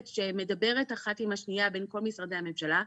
שמדברת אחת עם השנייה בין כל משרדי הממשלה,